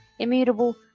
immutable